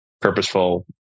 purposeful